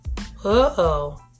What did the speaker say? Uh-oh